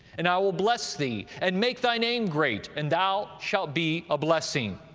and i will bless thee, and make thy name great and thou shalt be a blessing.